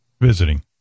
Visiting